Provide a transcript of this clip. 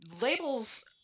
labels